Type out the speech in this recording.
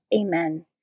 Amen